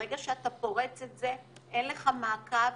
ברגע שאתה פורץ את זה אין לך מעקב